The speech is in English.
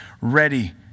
ready